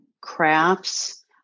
crafts